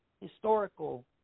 historical